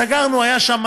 סגרנו, הייתה שם